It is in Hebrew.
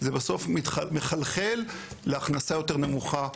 זה בסוף מחלחל להכנסה יותר נמוכה,